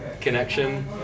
connection